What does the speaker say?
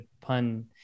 pun